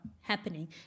happening